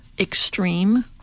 extreme